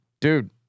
Dude